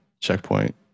checkpoint